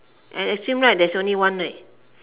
and at same right there's only one right